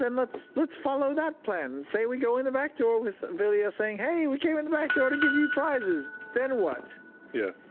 then let's let's follow that plan. say we go in the back door with vilya saying, hey, we came in the back door to give you prizes. then what? travis yeah.